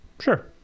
Sure